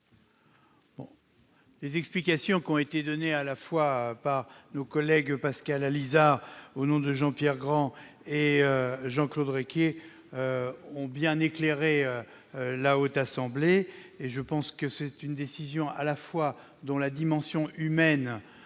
Les explications qui ont été données à la fois par nos collègues Pascal Allizard, au nom de Jean-Pierre Grand, et Jean-Claude Requier ont bien éclairé la Haute Assemblée. Nous avons à prendre une décision dont la dimension humaine